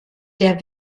der